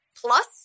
plus